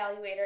evaluator